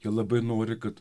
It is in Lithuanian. jie labai nori kad